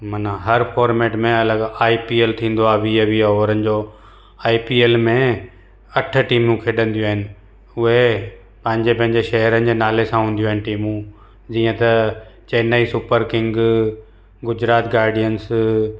मना हर फॉर्मैट में अलॻि आई पी ऐल थींदो आहे वीह वीह ऑवरनि जो आई पी ऐल में अठ टीमूं खेॾंदियूं आहिनि उहे पंहिंजे पंहिंजे शहरनि जे नाले सां हूंदियूं आहिनि टीमूं जीअं त Chennai Super King Gujarat guardians